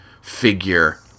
figure